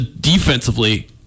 Defensively